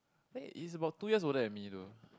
eh he's about two years older than me though